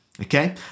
Okay